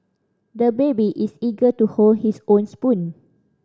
the baby is eager to hold his own spoon